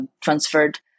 transferred